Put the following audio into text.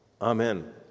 Amen